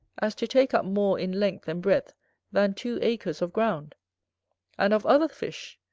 as to take up more in length and breadth than two acres of ground and, of other fish,